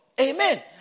Amen